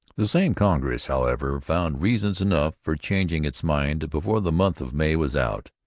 the same congress, however, found reasons enough for changing its mind before the month of may was out.